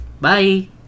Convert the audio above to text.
bye